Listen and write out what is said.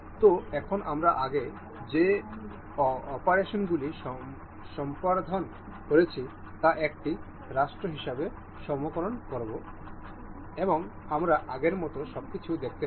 সুতরাং এখন আমরা আগে যে অপারেশনগুলি সম্পাদন করেছি তা একটি রাষ্ট্র হিসাবে সংরক্ষণ করা হয় এবং আমরা আগের মতো সবকিছু দেখতে পারি